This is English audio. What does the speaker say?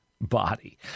body